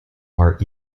are